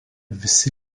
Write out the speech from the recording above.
visi